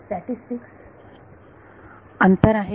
विद्यार्थी आकडेवारी अंतर आहे